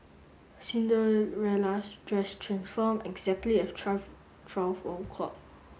Cinderella's dress transformed exactly at twelve twelve o'clock